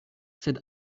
sed